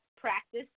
practice